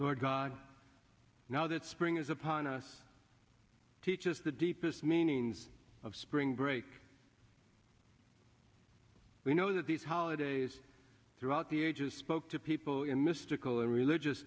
had god now that spring is upon us teaches the deepest meanings of spring break you know that these holidays throughout the ages spoke to people in mystical in religious